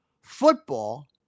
football